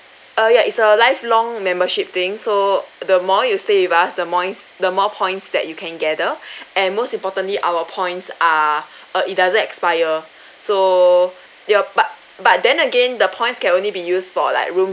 uh ya it's a lifelong membership thing so the more you stay with us the moi~ the more points that you can gather and most importantly our points are uh it doesn't expire so ya but but then again the points can only be used for like room